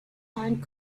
find